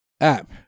app